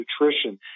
nutrition